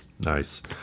Nice